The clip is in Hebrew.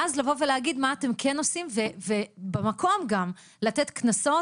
ואז להגיד מה אתם כן עושים, ובמקום גם לתת קנסות.